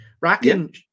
rocking